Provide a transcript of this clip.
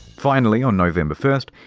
finally on november first,